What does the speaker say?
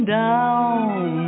down